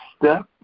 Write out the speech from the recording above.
step